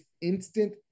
instant